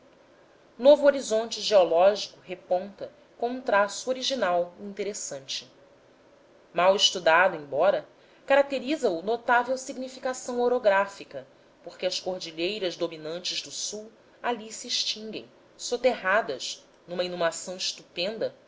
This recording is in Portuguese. novo horizonte geológico reponta com um traço original e interessante mal estudado embora caracteriza o notável significação orográfica porque as cordilheiras dominantes do sul ali se extinguem soterradas numa inumação estupenda